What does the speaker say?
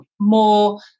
more